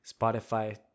Spotify